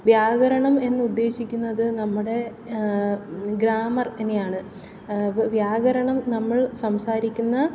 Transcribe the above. വ്യാകരണം എന്ന് ഉദ്ദേശിക്കുന്നത് നമ്മുടെ ഗ്രാമറിനെയാണ് വ്യാകരണം നമ്മൾ സംസാരിക്കുന്ന